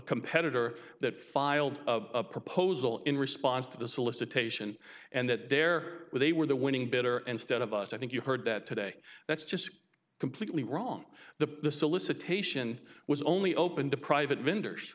competitor that filed a proposal in response to the solicitation and that there they were the winning bidder and stead of us i think you heard that today that's just completely wrong the solicitation was only open to private vendors